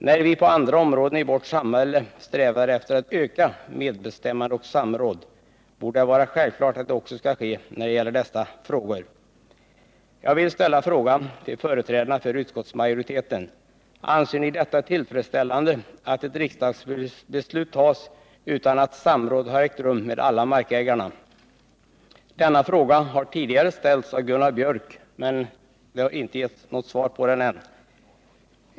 När vi på andra områden i vårt samhälle strävar efter att öka medbestämmande och samråd borde det vara självklart att det också skall ske när det gäller dessa ärenden. Jag vill ställa frågan till företrädarna för utskottsmajoriteten: Anser ni det tillfredsställande att ett riksdagsbeslut fattas utan att samråd har ägt rum med alla markägare? Denna fråga har tidigare ställts av Gunnar Björk i Gävle, men det har inte lämnats något svar på den än.